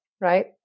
Right